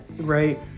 Right